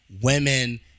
women